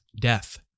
death